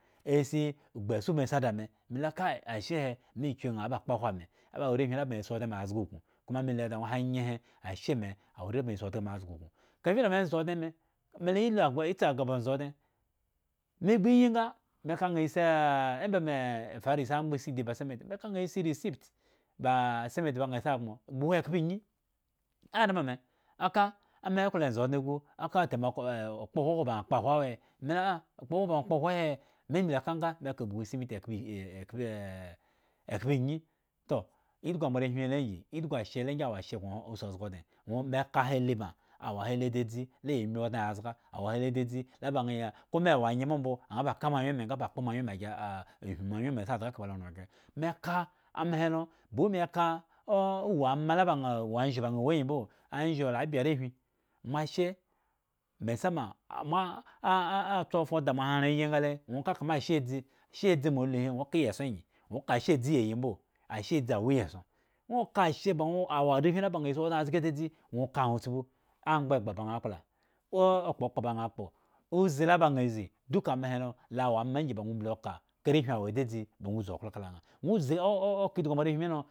Asi ogbu eson ubi asi ada me, mela kai ashehe me kyu ŋha aba kpoahwo ame aba wo arehwin ba ŋha ya si odŋe me ya zga uknu koma me luda ŋwo aŋyehe ashe me awo are la ba ŋha si odŋe me azga uknu, kafi da me ndze odŋe me, melayalu etsi agah ba ondzi odŋe me gbu yi nga, me kasia a emba me fara si amgba sidi cement me ka ŋha si recit ciment baŋha si agboŋ buhu ekpoenyi anomo me aka meklo onze odŋe gu oka tameko ah kpowohwo baŋha kpo ahwo awo he, me la a okpohwo hwo baŋwo kpohwo he, me mbli ka nga me kabuhu cimiti ekpli khpe ekhpenyi toh idhgu moarehwi hi lo angyi idhgu ashe he lo abgyi awo ashe gŋo si ozga odŋe ŋwo me ka ali baŋ awo ahahi dzadzi la ya miodŋe ya zga awo ahahi dzadzi la ŋha ya ko mewo anye mbo mbo abaka moawyenme nga ba kpo gya ahmu moawyen me sizga aka baloran ghre meka amehe lo bawe meka uwu ama la wu anzho ba ŋha wuangyi mbo anzho la abye arehwin moashe mesamah moa tso foda mo he ren ayi nga le ŋwo ka kama asheadzi asheadzi moaluhi ŋwo ka iyieson angyi ŋwo ka asheadzi iyiayi mbo asheadzi awo iyieson ŋwo ka asheba ŋwo awo ada shine si odŋe dzadzi ŋwo kaŋha tspu agbo egba ba kpla okpokpo baŋha kpo uzi laba ŋha zi duka amahe do lo awo ama angyi ba ŋwo mbli oka ka arehwin nwo dzadzi ba ŋwo zi oklo kala ŋha ŋwo zi ka idhgu moarehwin milo.